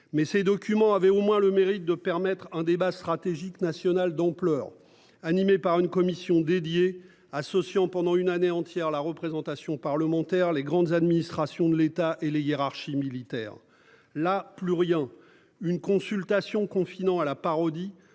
Mais ces documents avaient au moins le mérite de permettre un débat stratégique national d'ampleur. Animé par une commission dédiée associant pendant une année entière la représentation parlementaire les grandes administrations de l'État et Les hiérarchie militaire la plus rien. Une consultation confinant à la parodie